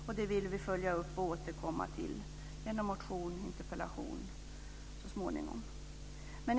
Detta vill vi följa upp och återkomma till så småningom genom motion och interpellation.